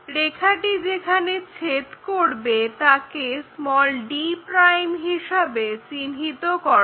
রেখাটি যেখানে ছেদ করবে তাকে d' হিসাবে চিহ্নিত করো